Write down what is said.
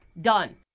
done